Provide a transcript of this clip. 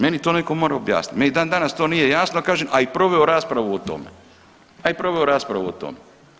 Meni to netko mora objasniti, meni i dan danas to nije jasno, a i kažem a i proveo raspravu o tome, a i proveo raspravu o tome.